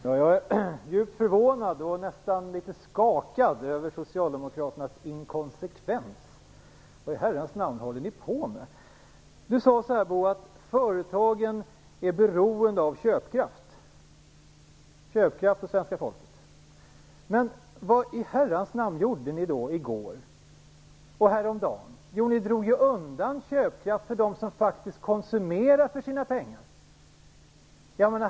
Fru talman! Jag är djupt förvånad och nästan litet skakad över socialdemokraternas inkonsekvens. Vad i Herrans namn håller ni på med? Bo Bernhardsson sade att företagen är beroende av svenska folkets köpkraft. Men vad i Herrans namn gjorde ni då i går och häromdagen? Jo, ni drog ju undan köpkraft för dem som faktiskt konsumerar för sina pengar.